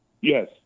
Yes